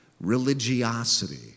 religiosity